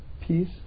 peace